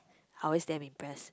always damn impressed